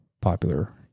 popular